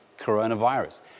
coronavirus